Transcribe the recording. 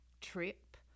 trip